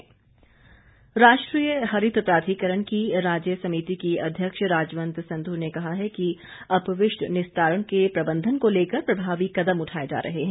राजवंत संधू राष्ट्रीय हरित प्राधिकरण की राज्य समिति की अध्यक्ष राजवंत संधू ने कहा है कि अपविष्ट निस्तारण के प्रबंधन को लेकर प्रभावी कदम उठाए जा रहे हैं